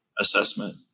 assessment